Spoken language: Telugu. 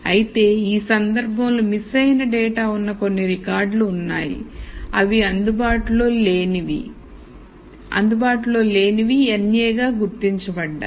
అయితే ఈ సందర్భంలో మిస్ అయిన డేటా ఉన్న కొన్ని రికార్డులు ఉన్నాయి అవి అందుబాటులో లేనివి n a గా గుర్తించబడ్డాయి